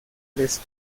les